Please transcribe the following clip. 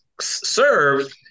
serve